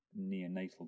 neonatal